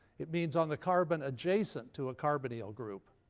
it means on the carbon adjacent to a carbonyl group.